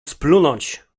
splunąć